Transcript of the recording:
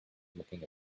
looking